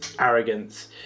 arrogance